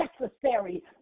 necessary